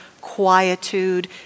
quietude